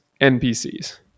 NPCs